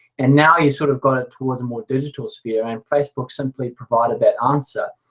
and now you've sort of got it towards a more digital sphere, and facebook simply provided that answer.